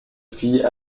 fit